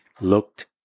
looked